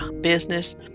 business